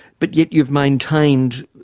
but yet you've maintained,